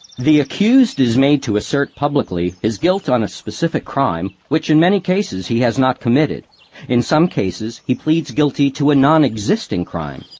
the accused is made to assert publicly his guilt on a specific crime, which in many cases he has not committed in some cases, he pleads guilty to a non-existing crime.